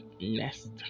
next